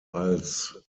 als